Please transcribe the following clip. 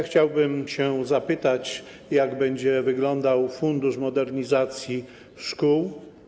Chciałbym się zapytać, jak będzie wyglądał fundusz modernizacji szkół.